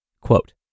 Quote